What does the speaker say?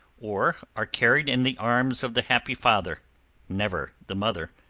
or are carried in the arms of the happy father never the mother.